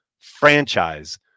franchise